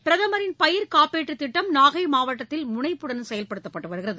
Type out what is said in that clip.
பிரதமரின் பயிர்காப்பீட்டுத்திட்டம் நாகைமாவட்டத்தில் முனைப்புடன் செயல்படுத்தப்பட்டுவருகிறது